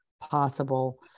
possible